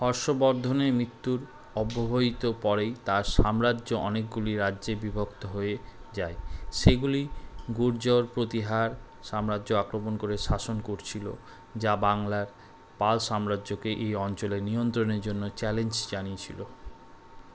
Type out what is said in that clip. হর্ষ্ববর্ধনের মৃত্যুর অব্যবহিত পরেই তার সাম্রাজ্য অনেকগুলি রাজ্যে বিভক্ত হয়ে যায় সেগুলি গুর্জর প্রতিহার সাম্রাজ্য আক্রমণ করে শাসন করছিলো যা বাংলার পাল সাম্রাজ্যকে এই অঞ্চলে নিয়ন্ত্রণের জন্য চ্যালেঞ্জ জানিয়েছিলো